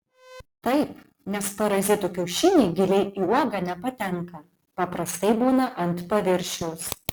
taip nes parazitų kiaušiniai giliai į uogą nepatenka paprastai būna ant paviršiaus